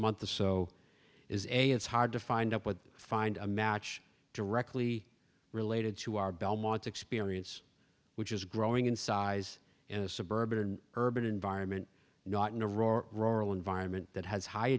month the so is a it's hard to find out what find a match directly related to our belmont experience which is growing in size in a suburban urban environment not in a roar rural environment that has high